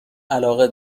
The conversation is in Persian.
علاقه